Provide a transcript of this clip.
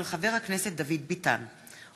מאת חברי הכנסת מיכל רוזין,